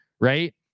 right